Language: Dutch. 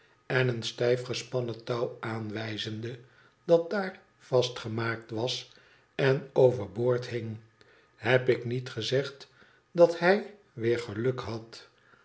en een stijf gespannen touw aanwijzende dat daar vastgemaakt was en over boord hing iheb ik niet gezegd dat hij weer geluk had